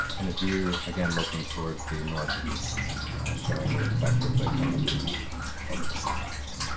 and if you again looking towards the northeast showing the effects of the canopy over the seating area.